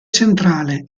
centrale